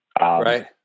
Right